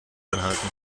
anhalten